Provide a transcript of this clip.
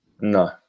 No